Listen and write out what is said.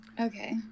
Okay